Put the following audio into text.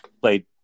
played